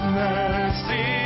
mercy